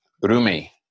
Rumi